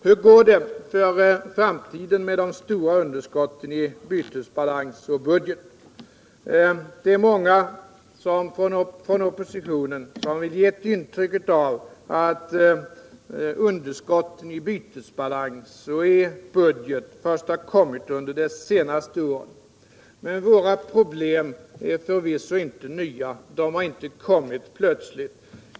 Hur går det då för framtiden med de stora underskotten i bytesbalans och budget? Det är många från oppositionen som vill ge ett intryck av att underskotten i bytesbalansen och budgeten har kommit först under de senaste åren. Men våra problem är förvisso inte nya, de har inte kommit plötsligt.